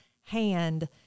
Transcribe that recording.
hand